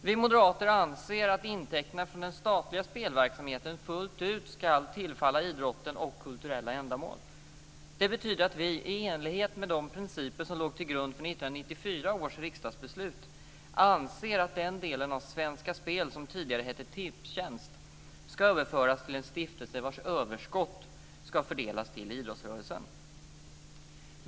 Vi moderater anser att intäkterna från den statliga spelverksamheten fullt ut ska tillfalla idrotten och kulturella ändamål. Det betyder att vi, i enlighet med de principer som låg till grund för 1994 års riksdagsbeslut, anser att den del av Svenska Spel som tidigare hette Tipstjänst ska överföras till en stiftelse vars överskott ska fördelas till idrottsrörelsen.